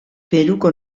peruko